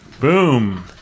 Boom